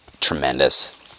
tremendous